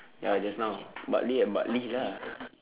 ya just now bartley at bartley lah